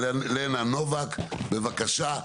לנה נובק בבקשה,